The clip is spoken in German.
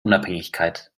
unabhängigkeit